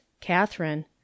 catherine